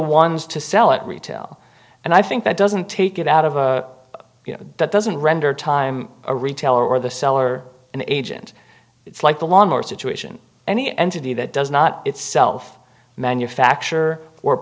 ones to sell it retail and i think that doesn't take it out of that doesn't render time a retailer or the seller an agent it's like the lawnmower situation any entity that does not itself manufacture or